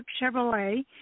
Chevrolet